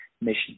mission